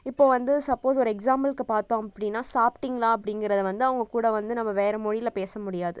இப்போ வந்து சப்போஸ் ஒரு எக்காசாம்புல்க்கு பார்த்தோம் அப்படின்னா சாப்பிட்டிங்களா அப்படிங்கிறத வந்து அவங்க கூட வந்து நம்ம வேற மொழியில் பேச முடியாது